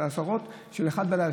מ-01:00,